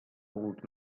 old